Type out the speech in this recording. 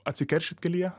atsikeršyt kelyje